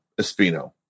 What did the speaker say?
Espino